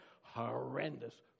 Horrendous